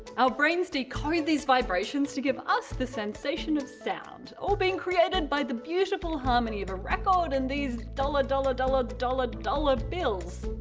our brains decode and those vibrations to give us the sensation of sound all being created by the beautiful harmony of a record and these dolla dolla dolla dolla dolla bills.